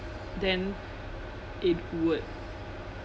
then it would